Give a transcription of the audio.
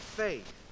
faith